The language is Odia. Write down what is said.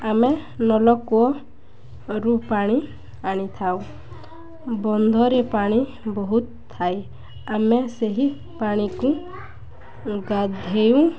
ଆମେ ନଳକୂଅରୁ ପାଣି ଆଣିଥାଉ ବନ୍ଧର ପାଣି ବହୁତ ଥାଇ ଆମେ ସେହି ପାଣିକୁ ଗାଧୋଇ